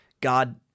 God